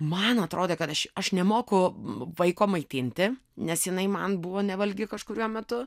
man atrodė kad aš aš nemoku vaiko maitinti nes jinai man buvo nevalgi kažkuriuo metu